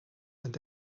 and